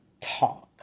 talk